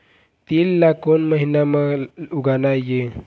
तील ला कोन महीना म उगाना ये?